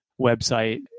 website